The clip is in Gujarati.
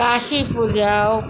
કાશીપુર જાઓ